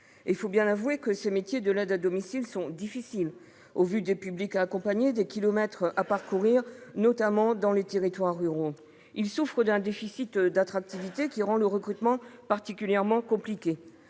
Il faut bien avouer que ces métiers de l'aide à domicile sont difficiles, compte tenu des publics à accompagner et des kilomètres à parcourir, notamment dans les territoires ruraux. Ils souffrent d'un déficit d'attractivité qui rend le recrutement particulièrement compliqué.